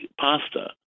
pasta